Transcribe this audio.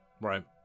Right